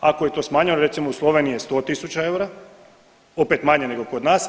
Ako je to smanjeno, recimo u Sloveniji je 100 000 eura opet manje nego kod nas.